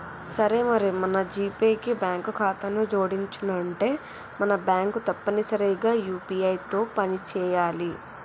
సరే మరి మన జీపే కి బ్యాంకు ఖాతాను జోడించనుంటే మన బ్యాంకు తప్పనిసరిగా యూ.పీ.ఐ తో పని చేయాలి